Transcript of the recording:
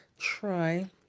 try